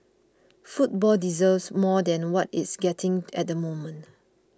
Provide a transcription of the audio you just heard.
football deserves more than what it's getting at the moment